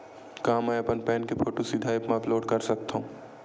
का मैं अपन पैन के फोटू सीधा ऐप मा अपलोड कर सकथव?